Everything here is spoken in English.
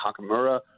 Hakamura